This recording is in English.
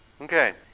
Okay